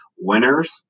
winners